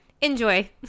enjoy